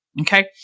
Okay